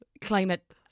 Climate